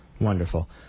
Wonderful